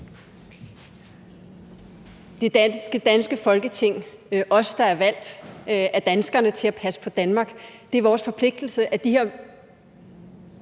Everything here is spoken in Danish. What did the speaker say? Det danske Folketing – os, der er valgt af danskerne til at passe på Danmark – har en forpligtelse til at